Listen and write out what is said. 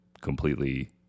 completely